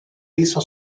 hizo